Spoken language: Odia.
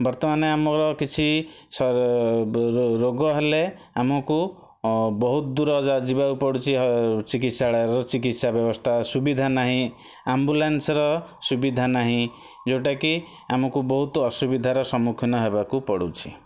ବର୍ତ୍ତମାନେ ଆମର କିଛି ରୋଗ ହେଲେ ଆମକୁ ବହୁତ ଦୂର ଯ ଯିବାକୁ ପଡ଼ୁଛି ଚିକିତ୍ସାଳୟ ହଉ ଚିକିତ୍ସା ବ୍ୟବସ୍ଥା ସୁବିଧା ନାହିଁ ଆମ୍ବୁଲାନ୍ସ ର ସୁବିଧା ନାହିଁ ଯେଉଁଟା କି ଆମକୁ ବହୁତ ଅସୁବିଧାର ସମ୍ମୁଖୀନ ହେବାକୁ ପଡ଼ୁଛି